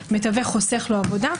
שהמתווך חוסך לו עבודה.